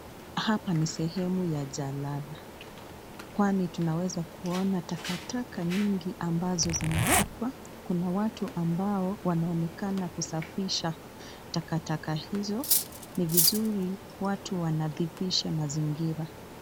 Hapa ni sehemu ya jalala, kwani tunaweza kuona takataka nyingi ambazo zimetupwa. Kuna watu ambao wanaonekana kusafisha takataka hizo, ni vizuri watu wanadhibisha mazingira.